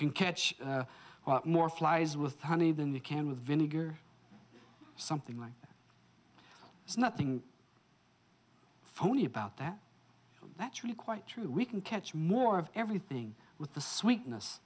can catch more flies with honey than you can with vinegar something like there's nothing funny about that that's really quite true we can catch more of everything with the sweetness